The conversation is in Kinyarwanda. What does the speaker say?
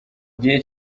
gihe